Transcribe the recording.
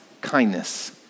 kindness